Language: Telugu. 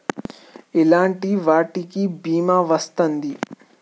ఎలాంటి వాటికి బీమా వస్తుంది?